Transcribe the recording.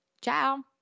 Ciao